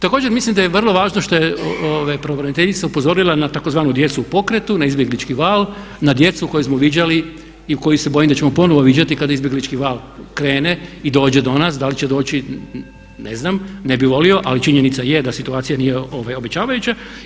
Također mislim da je vrlo važno što je pravobraniteljica upozorila na tzv. djecu u pokretu, na izbjeglički val, na djecu koju smo viđali i koju se bojim da ćemo ponovno viđati kada izbjeglički val krene i dođe do nas, da li će doći ne znam, ne bi volio ali činjenica je da situacija nije obećavajuća.